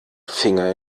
finger